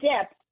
depth